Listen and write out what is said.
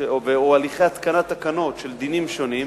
או בהליכי התקנת תקנות של דינים שונים,